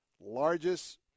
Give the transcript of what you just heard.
largest